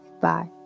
Bye